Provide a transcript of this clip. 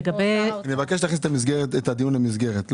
אני מבקש להכניס את הדיון למסגרת,